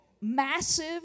massive